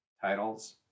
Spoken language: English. Titles